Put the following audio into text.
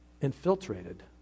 infiltrated